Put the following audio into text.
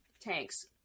Tanks